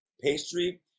pastry